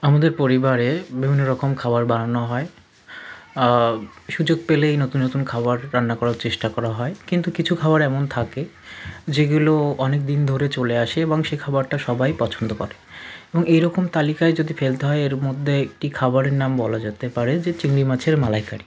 আমাদের পরিবারে বিভিন্ন রকম খাবার বানানো হয় সুযোগ পেলেই নতুন নতুন খাবার রান্না করার চেষ্টা করা হয় কিন্তু কিছু খাবার এমন থাকে যেগুলো অনেকদিন ধরে চলে আসে এবং সে খাবারটা সবাই পছন্দ করে এবং এই রকম তালিকায় যদি ফেলতে হয় এর মধ্যে একটি খাবারের নাম বলা যেতে পারে যে চিংড়ি মাছের মালাইকারি